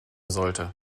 sollte